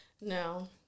No